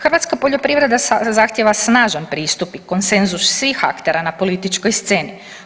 Hrvatska poljoprivreda zahtjeva snažan pristup i konsenzus svih aktera na političkoj sceni.